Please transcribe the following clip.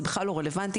זה בכלל לא רלוונטי,